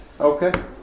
Okay